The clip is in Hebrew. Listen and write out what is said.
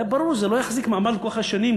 זה היה ברור שזה לא יחזיק מעמד לאורך השנים.